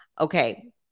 Okay